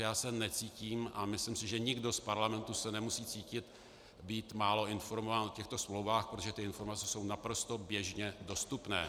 Já se necítím, a myslím si, že nikdo z parlamentu se nemusí cítit být málo informován o těchto smlouvách, protože informace jsou naprosto běžně dostupné.